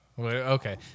Okay